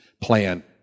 plan